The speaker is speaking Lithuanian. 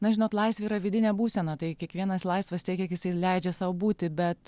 na žinot laisvė yra vidinė būsena tai kiekvienas laisvas tiek kiek jisai leidžia sau būtiz bet